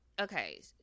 okay